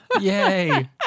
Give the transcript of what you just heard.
Yay